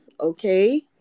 okay